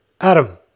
Adam